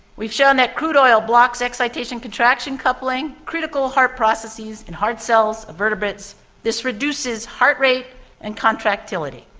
we've shown that crude oil blocks excitation contraction coupling, critical heart processes in heart cells of vertebrates. this reduces heart rate and contractility.